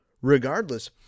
Regardless